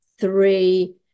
three